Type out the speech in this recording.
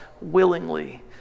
willingly